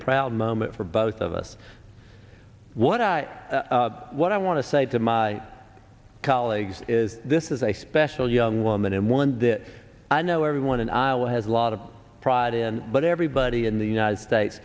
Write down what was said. proud moment for both of us what i what i want to say to my colleagues is this is a special young woman and one that i know everyone in iowa has a lot of pride in but everybody in the united states